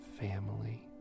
family